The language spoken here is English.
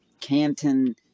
Canton